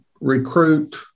recruit